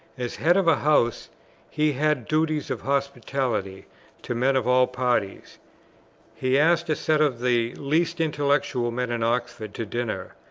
as head of a house he had duties of hospitality to men of all parties he asked a set of the least intellectual men in oxford to dinner,